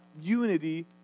unity